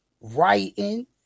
writing